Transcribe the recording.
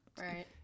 right